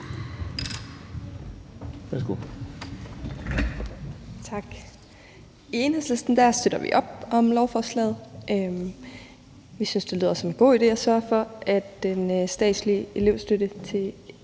(EL): Tak. I Enhedslisten støtter vi op om lovforslaget. Vi synes, det lyder som en god idé at sørge for, at den statslige elevstøtte til